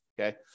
okay